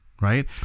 right